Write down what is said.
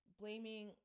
blaming